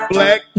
Black